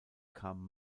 kam